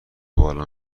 بالا